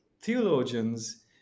theologians